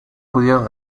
pudieron